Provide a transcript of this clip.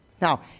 Now